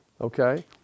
okay